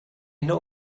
know